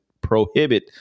prohibit